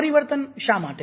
આ પરિવર્તન શા માટે